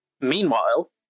Meanwhile